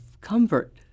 comfort